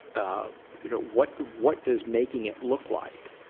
ah you know what, what does making it look like?